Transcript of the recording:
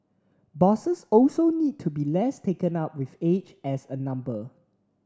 bosses also need to be less taken up with age as a number